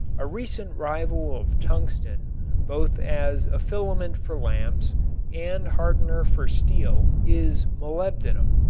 a recent rival of tungsten both as a filament for lamps and hardener for steel is molybdenum.